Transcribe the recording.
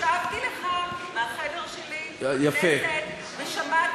הקשבתי לך מהחדר שלי בכנסת, יפה.